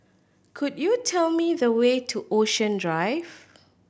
could you tell me the way to Ocean Drive